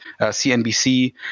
cnbc